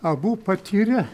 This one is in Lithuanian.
abu patyrę